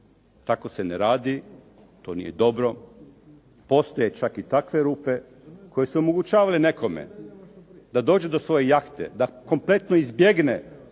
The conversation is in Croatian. Tako se ne radi. To nije dobro. Postoje čak i takve rupe koje su omogućavale nekome da dođe do svoje jahte, da kompletno izbjegne